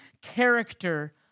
character